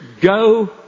go